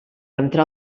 entrar